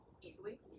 easily